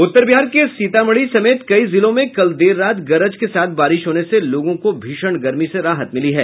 उत्तर बिहार के सीतामढ़ी समेत कई जिलों में कल देर रात गरज के साथ बारिश होने से लोगों को भीषण गर्मी से राहत मिली है